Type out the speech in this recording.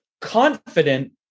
confident